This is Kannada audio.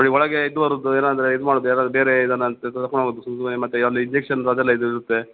ಅಲ್ಲಿ ಒಳಗೆ ಇದ್ದವರ್ದು ಏನಾದರೆ ಇದು ಮಾಡೋದು ಯಾರಾದ್ರೂ ಬೇರೆ ಇದನ್ನು ಅಂತ ಸುಮ್ಮನೆ ಮತ್ತೆ ಅಲ್ಲಿ ಇಂಜೆಕ್ಷನ್ದು ಅದೆಲ್ಲ ಇದು ಇರುತ್ತೆ